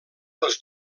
els